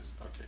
Okay